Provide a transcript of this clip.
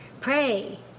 Pray